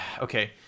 okay